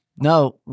no